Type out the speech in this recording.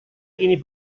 ini